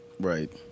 Right